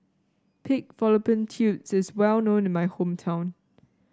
Pig Fallopian Tubes is well known in my hometown